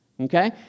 Okay